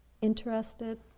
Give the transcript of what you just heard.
interested